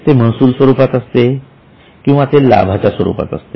ते महसूल स्वरूपात असते किंवा ते लाभाच्या स्वरूपात असते